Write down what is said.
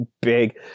big